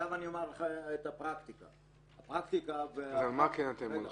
על מה כן אתם הולכים?